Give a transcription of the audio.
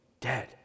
dead